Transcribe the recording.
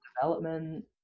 development